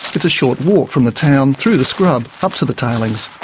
it's a short walk from the town through the scrub up to the tailings.